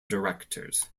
directors